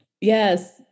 Yes